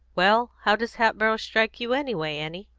well, how does hatboro' strike you, anyway, annie?